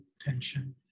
tension